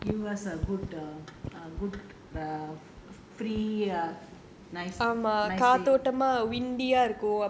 I think err it will give us a good um um good um free err nice nice day